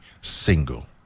single